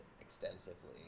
extensively